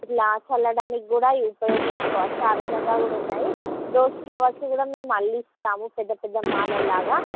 ఇలా చల్లడానికి కూడా అయ్యి ఉపయోగించుకోవచ్చు ఆ విధంగా కూడా ఉన్నాయి రోజ్ ఫ్లవర్స్ కూడా మేము అల్లి ఇస్తాము పెద్ద పెద్ద మాలల లాగా